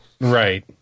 Right